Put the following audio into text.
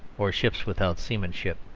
or ships without seamanship.